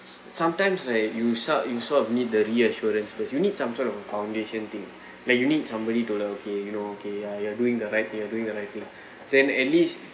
sometimes like you some you sort of need the reassurance but you need some sort of foundation thing like you need somebody to like okay you know okay ya you're doing the right thing you're doing the right thing then at least